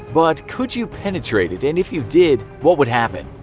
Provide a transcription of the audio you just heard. but could you penetrate it, and if you did, what would happen?